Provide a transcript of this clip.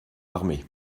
armée